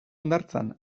hondartzan